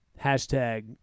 hashtag